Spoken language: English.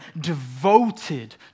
devoted